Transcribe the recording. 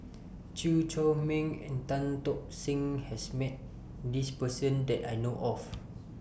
Chew Chor Meng and Tan Tock Seng has Met This Person that I know of